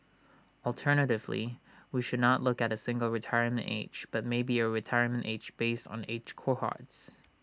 alternatively we should not look at A single retirement age but maybe A retirement age based on age cohorts